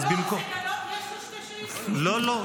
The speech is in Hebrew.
--- לא, לא.